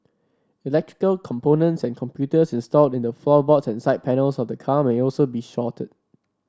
electrical components and computers installed in the floorboards and side panels of the car may also be shorted